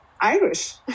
Irish